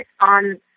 on